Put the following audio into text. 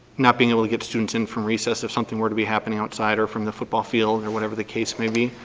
not being able to get students in from recess if something were to be happening outside or from the football field or whatever the case may be.